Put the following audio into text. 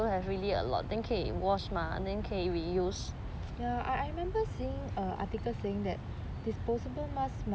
ya I remember seeing a article saying that disposable mask must